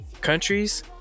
countries